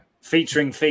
Featuring